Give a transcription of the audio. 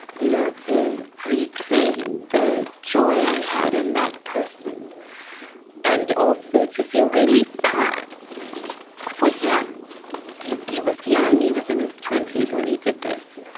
you know, to reclaim the joy i had in that person and also to feel really sad for him he was young. he was in his twenty s when he did this.